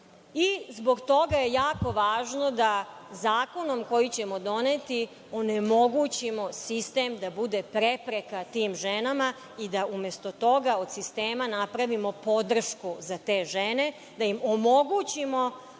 žene. Zbog toga je jako važno da zakonom koji ćemo doneti onemogućimo sistem da bude prepreka tim ženama i da umesto toga od sistema napravimo podršku za te žene, da im omogućimo